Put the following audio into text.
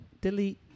delete